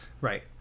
Right